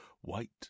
White